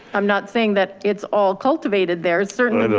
i'm not saying that it's all cultivated there, is certainly and